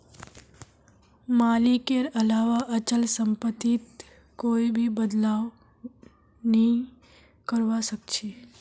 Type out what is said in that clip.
मालिकेर अलावा अचल सम्पत्तित कोई भी बदलाव नइ करवा सख छ